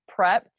prepped